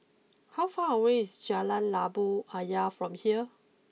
how far away is Jalan Labu Ayer from here